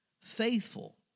Faithful